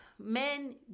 Men